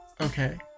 okay